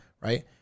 right